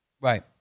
Right